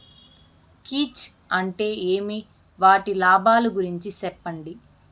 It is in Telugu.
కీచ్ అంటే ఏమి? వాటి లాభాలు గురించి సెప్పండి?